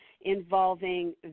involving